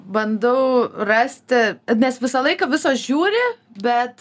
bandau rasti nes visą laiką visos žiūri bet